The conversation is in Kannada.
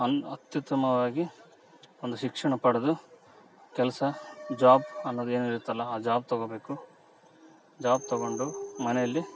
ಅಲ್ಲಿ ಅತ್ಯುತ್ತಮವಾಗಿ ಒಂದು ಶಿಕ್ಷಣ ಪಡೆದು ಕೆಲಸ ಜಾಬ್ ಅನ್ನೋದು ಏನಿರುತ್ತಲ್ಲ ಆ ಜಾಬ್ ತಗೋಬೇಕು ಜಾಬ್ ತಗೊಂಡು ಮನೆಯಲ್ಲಿ